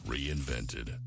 Reinvented